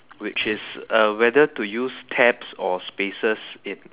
which is uh whether to use tabs or spaces in